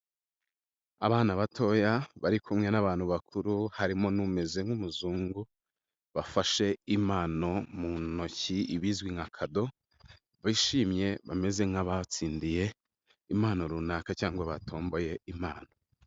Abana batoya bari kumwe n'abantu bakuru, harimo n'umeze nk'umuzungu, bafashe impano mu ntoki ibizwi nka kado, bishimye bameze nk'abatsindiye impano runaka cyangwa batomboye impano.